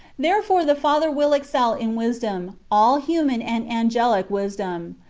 therefore the father will excel in wisdom all human and angelic wisdom,